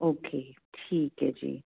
okay ਠੀਕ ਹੈ ਜੀ